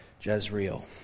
Jezreel